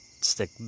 stick